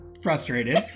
frustrated